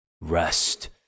rest